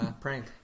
prank